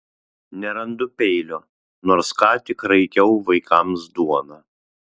nerandu peilio nors ką tik raikiau vaikams duoną